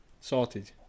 Sorted